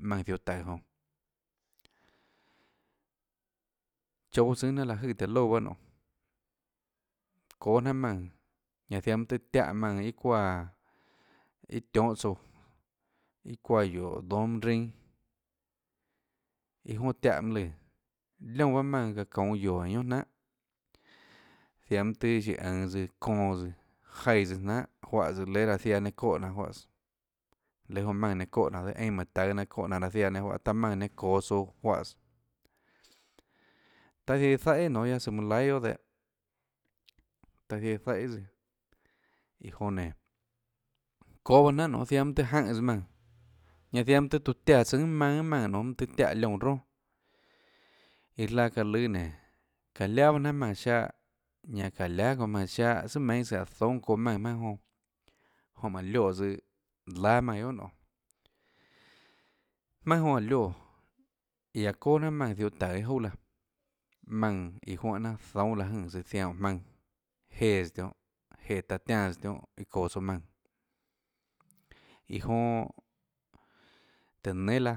Maónã ziohå taùå jonã chouå tsùnâ jnanà láhå jøè tóhå loúã paâ nionê çóâ jnanhà maùnã ñanã ziaã mønâ tøê tiáhã maùnã iâ çuáã iâ tionhâ tsouã iâ çuáã guióå dónâ mønâ rinâ iâ jonà tiáhå mønâ lùã liónã bahâ maùnã iã çaã çounå guióå eínã guiónà jnanhà ziaã mønâ tøhê siã ønå tsøã çonã tsøã jaíã tsøã jnanhà juáhã tsøã léâ raã ziaã nenã çóhã jnanhå juáhãs léâ jonã maùnã nenã çóhã jnanhå dehâ einã manã taøå jnanhå çóhã jnanhå raã ziaã nenã juáhã taã maùnã nenã çoå tsouã juáhãs taã ziaã iã zaíhã nonê guiaâ søã manã laihà guiohà dehâ taã ziaã iã zaíhã tsøã iã jonã nénå çóâ pahâ jnanhà nionê ziaã mønâ tøhê jaùnã tsøã jmaùnã ñanã ziaã mønâ tøê tiuã tiáã tsùnâ maønâ maùnã nonê mønâ tøê tiáhã liónã ronà iã laã çaã lùâ nénå çaã liáà bahâ jnanhà maùnã ziáhã ñanã çáå liahà çounã maùnã ziáhã tsùà meinhâ sùå áå zoúnâ çóâ maùnã jmaønâ jonã jonã manã lioè tsøã láâ maùnã guiohà nonê jmaønâ jonã áå lioè iã aã çóà jnanhà maùnã ziohå taùå â jouà laã maùnã iâ juánhã jnanà zoúnâ liáhå jønè tsøã zianã óå jmaønã jéãs tionhâ jéã taã tiáãs tsøã tionhâ çoå tsouã maùnã iã jonã tùhå nénâ laã